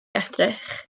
edrych